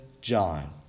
John